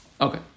Okay